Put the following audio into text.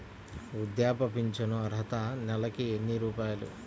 వృద్ధాప్య ఫింఛను అర్హత నెలకి ఎన్ని రూపాయలు?